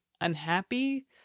unhappy